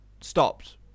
stopped